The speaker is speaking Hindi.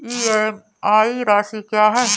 ई.एम.आई राशि क्या है?